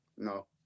No